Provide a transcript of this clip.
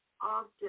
often